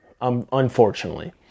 unfortunately